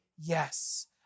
yes